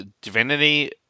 Divinity